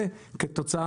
זה כתוצאה,